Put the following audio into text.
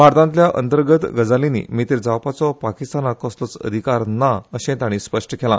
भारतातल्या अंतर्गत गजालीनी मेतेर जावपाचो पाककिस्तानाक कसलोच अधिकार ना अशेय ताणी स्पष्ट केला